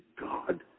God